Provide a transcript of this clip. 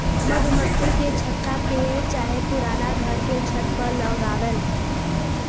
मधुमक्खी के छत्ता पेड़ चाहे पुराना घर के छत में लगला